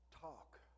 talk